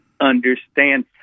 understand